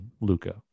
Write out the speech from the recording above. Luca